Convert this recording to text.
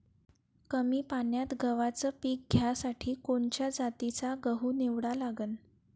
कमी पान्यात गव्हाचं पीक घ्यासाठी कोनच्या जातीचा गहू निवडा लागन?